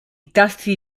tasti